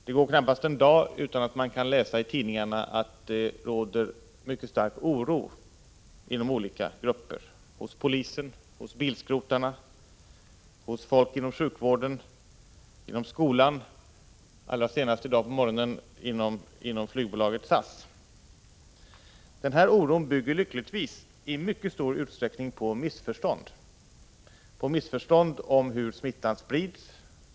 Det går knappast en dag utan att man kan läsa i tidningarna att det råder mycket stark oro inom olika grupper — hos polisen, bland bilskrotarna, bland folk inom sjukvården och inom skolan. Allra senast fick vi i dag på morgonen veta att oron finns också inom flygbolaget SAS. Oron bygger lyckligtvis i mycket stor utsträckning på missförstånd om hur smittan sprids.